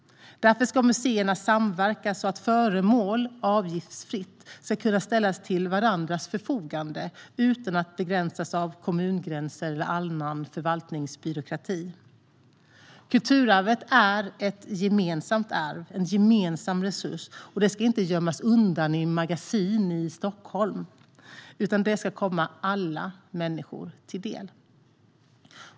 Därför ska museerna samverka så att föremål avgiftsfritt ska kunna ställas till ömsesidigt förfogande utan att begränsas av kommungränser eller annan förvaltningsbyråkrati. Kulturarvet är ett gemensamt arv, en gemensam resurs. Det ska inte gömmas undan i magasin i Stockholm, utan det ska komma alla människor till del.